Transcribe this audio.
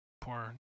poor